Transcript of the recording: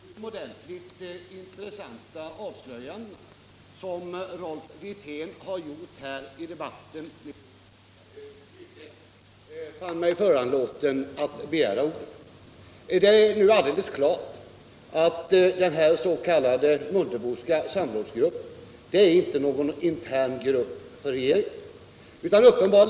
Herr talman! Det var de utomordentligt intressanta avslöjandena av Rolf Wirtén nyligen i debatten som gjorde att jag fann mig föranlåten att begära ordet. Det står nu alldeles klart att den s.k. Mundeboska samrådsgruppen inte är någon intern samrådsgrupp.